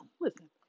Listen